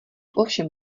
ovšem